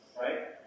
right